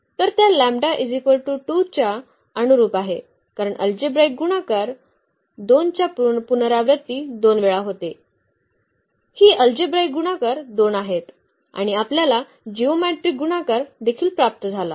तर त्या λ 2 च्या अनुरुप आहे कारण अल्जेब्राईक गुणाकार 2 च्या पुनरावृत्ती 2 वेळा होते ही अल्जेब्राईक गुणाकार 2 आहे आणि आपल्याला जिओमेट्रीक गुणाकार देखील प्राप्त झाला